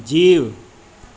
जीउ